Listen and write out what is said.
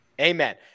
Amen